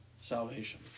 salvation